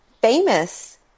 famous